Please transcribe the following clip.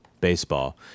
baseball